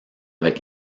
avec